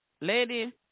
lady